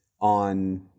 on